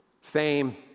fame